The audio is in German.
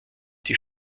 die